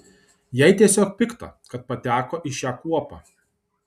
jai tiesiog pikta kad pateko į šią kuopą